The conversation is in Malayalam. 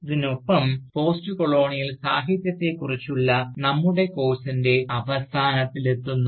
ഇതിനൊപ്പം പോസ്റ്റ് കൊളോണിയൽ സാഹിത്യത്തെക്കുറിച്ചുള്ള നമ്മുടെ കോഴ്സിൻറെ അവസാനത്തിൽ എത്തുന്നു